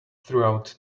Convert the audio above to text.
throughout